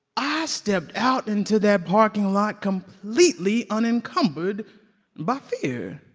i stepped out into that parking lot completely unencumbered by fear.